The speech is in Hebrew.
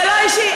זה לא אישי.